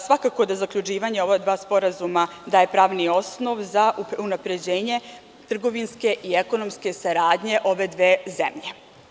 Svakako da zaključivanje ova dva sporazuma daje pravni osnov za unapređenje trgovinske i ekonomske saradnje ove dve zemlje.